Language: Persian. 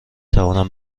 توانم